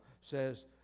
says